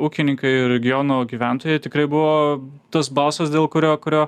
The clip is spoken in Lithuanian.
ūkininkai regiono gyventojai tikrai buvo tas balsas dėl kurio kurio